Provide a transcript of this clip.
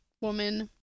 woman